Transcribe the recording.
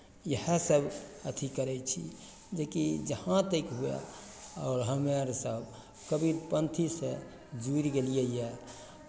इएहसभ अथी करै छी जेकि जहाँ तक हुअए आओर हम्मेआर सभ कबीरपन्थीसँ जुड़ि गेलियैए